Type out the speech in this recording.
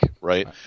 right